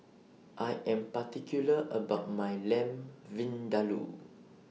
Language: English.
I Am particular about My Lamb Vindaloo